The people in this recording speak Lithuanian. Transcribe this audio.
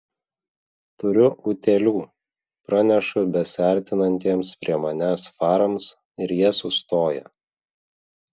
turiu utėlių pranešu besiartinantiems prie manęs farams ir jie sustoja